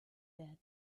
bed